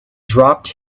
dropped